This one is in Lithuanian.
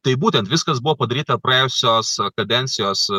tai būtent viskas buvo padaryta praėjusios kadencijos